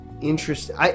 interesting